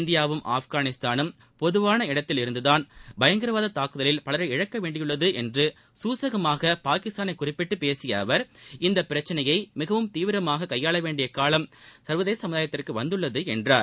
இந்தியாவும் ஆப்கானிஸ்தானும் பொதுவான இடத்தில் இருந்துதான் பயங்கரவாத தாக்குதலில் பலரை இழக்க வேண்டியுள்ளது என்று சூசகமாக பாகிஸ்தானை குறிப்பிட்டு பேசிய அவர் இந்த பிரச்சனையை மிகவும் தீவிரமாக கையாள வேண்டிய காலம் சா்வதேச சமூகத்திற்கு வந்துள்ளது என்றார்